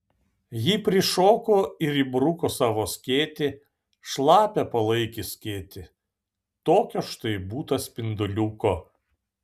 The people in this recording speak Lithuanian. ji prišoko ir įbruko savo skėtį šlapią palaikį skėtį tokio štai būta spinduliuko